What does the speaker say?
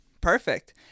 Perfect